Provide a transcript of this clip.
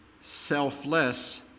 selfless